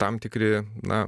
tam tikri na